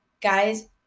Guys